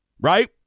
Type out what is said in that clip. right